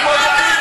תתמודדו.